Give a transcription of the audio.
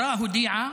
-- המשטרה הודיעה